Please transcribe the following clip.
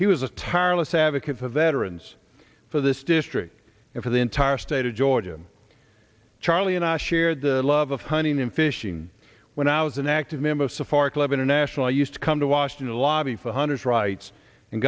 he was a tireless advocate for veterans for this district for the entire state of georgia charlie and i shared the love of hunting and fishing when i was an active member of safari club international i used to come to washington lobby for hundreds rights and